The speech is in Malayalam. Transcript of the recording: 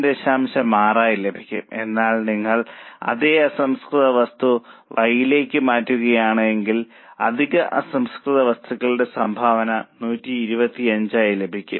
6 ആയി ലഭിക്കും എന്നാൽ നിങ്ങൾ അതേ അസംസ്കൃത വസ്തു Y ലേക്ക് മാറ്റുകയാണെങ്കിൽ അധിക അസംസ്കൃത വസ്തുക്കളുടെ സംഭാവന 125 ആയി ലഭിക്കും